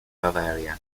bavaria